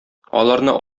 аларны